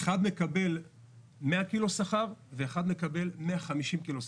אחד מקבל 100 קילו שכר ואחד מקבל 150 קילו שכר.